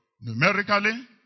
numerically